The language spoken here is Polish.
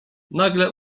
nagle